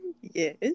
Yes